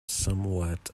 somewhat